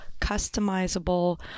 customizable